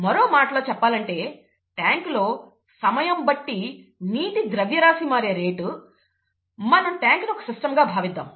మరో మాటలో చెప్పాలంటే ట్యాంకులో సమయం బట్టి నీటి ద్రవ్యరాశి మారే రేటు మనం ట్యాంక్ ని ఒక సిస్టం గా భావిద్దాం